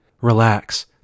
Relax